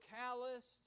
calloused